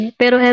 pero